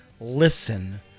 listen